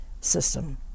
system